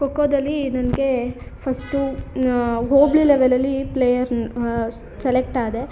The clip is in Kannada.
ಖೋಖೋದಲ್ಲಿ ನನಗೆ ಫಸ್ಟು ಹೋಬಳಿ ಲೆವೆಲಲ್ಲಿ ಪ್ಲೇಯರ್ ಸೆಲೆಕ್ಟ್ ಆದೆ